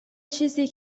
چیزی